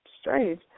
strange